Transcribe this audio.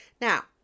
Now